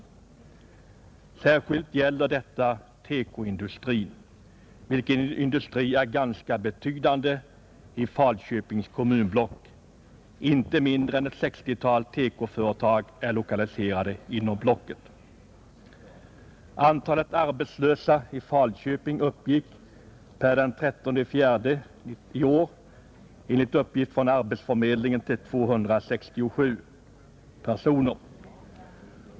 Särskilt gäller detta TEKO-industrin, vilken är ganska betydande i Falköpings kommunblock. Inte mindre än ett 60-tal TEKO-företag är lokaliserade inom blocket. Antalet arbetslösa i Falköping uppgick den 13 april i år enligt uppgift från arbetsförmedlingen till 267 personer.